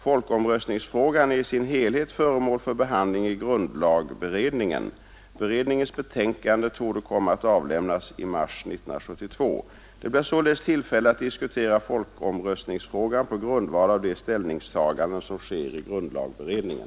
Folkomröstningsfrågan är i sin helhet föremål för behandling i grundlagberedningen. Beredningens betänkande torde komma att avlämnas i mars 1972. Det blir således tillfälle att diskutera folkomröstningsfrågan på grundval av de ställningstaganden som sker i grundlagberedningen.